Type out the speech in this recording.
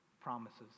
promises